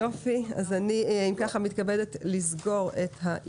הישיבה ננעלה בשעה 11:20.